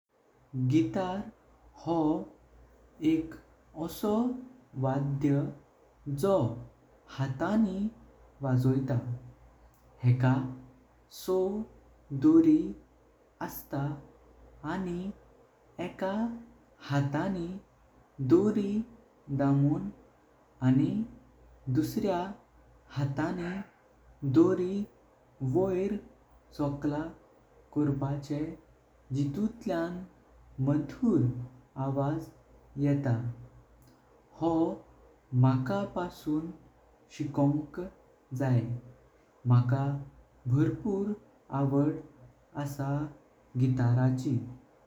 Guitar हो एक असा वाधाय जो हातानी वाजोयता हेका शों दोरी असता। आणि एका हातानी दोरी दमून आणि दुसऱ्या हातानी दोरी वोर सोकलां कोरपाचे जितुतल्यां मघुर आवाझ येता। हो माका पासून शिकोँक जायें माका भरपूर आवड असा गिटाराची।